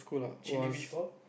chilli fishball